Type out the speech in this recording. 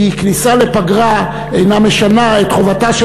כי כניסה לפגרה אינה משנה את חובתה של